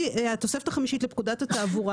התוספת החמישית לפקודת התעבורה